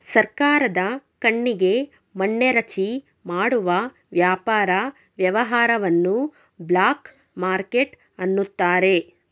ಸರ್ಕಾರದ ಕಣ್ಣಿಗೆ ಮಣ್ಣೆರಚಿ ಮಾಡುವ ವ್ಯಾಪಾರ ವ್ಯವಹಾರವನ್ನು ಬ್ಲಾಕ್ ಮಾರ್ಕೆಟ್ ಅನ್ನುತಾರೆ